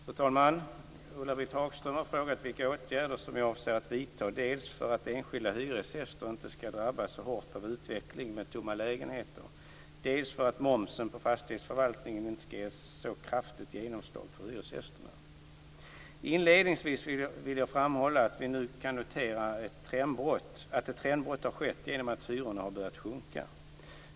Fru talman! Ulla-Britt Hagström har frågat vilka åtgärder som jag avser att vidta dels för att enskilda hyresgäster inte skall drabbas så hårt av utvecklingen med tomma lägenheter, dels för att momsen på fastighetsförvaltningen inte skall ge så kraftigt genomslag för hyresgästerna. Inledningsvis vill jag framhålla att vi nu kan notera att ett trendbrott har skett genom att hyrorna har börjat sjunka.